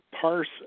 parse